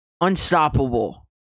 unstoppable